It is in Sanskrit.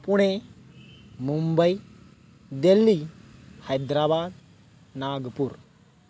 पुणे मुम्बै देल्लि हैद्राबाद् नागपूर्